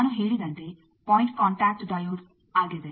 ನಾನು ಹೇಳಿದಂತೆ point contact diode ಆಗಿದೆ